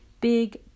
big